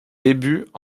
débuts